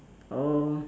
oh